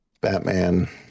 batman